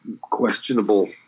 questionable